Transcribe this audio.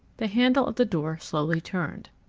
the handle of the door slowly turned.